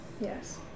Yes